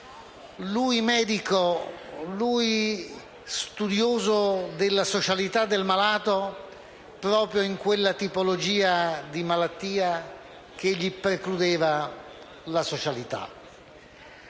lui, medico e studioso della socialità del malato, proprio in quella tipologia di malattia che gli precludeva la socialità.